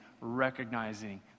recognizing